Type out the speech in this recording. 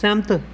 सैह्मत